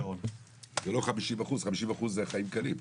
זה לא 50%. 50% זה החיים קלים.